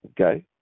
okay